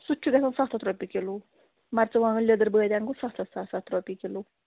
سُہ تہِ چھُ گَژھان سَتھ ہتھ رۄپیہِ کِلوٗ مرژٕوانٛگن لیٚدٕر بٲدیان گوٚو ستھ سَتھ رۄپیہِ کِلوٗ